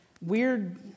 weird